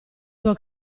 tuo